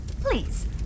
Please